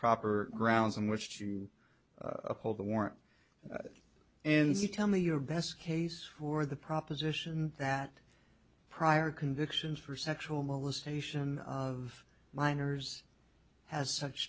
proper grounds on which to uphold the warrant in z tell me your best case for the proposition that prior convictions for sexual molestation of minors has such